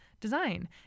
design